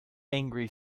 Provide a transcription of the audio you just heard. angry